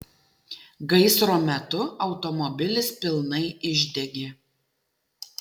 gaisro metu automobilis pilnai išdegė